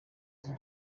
icyo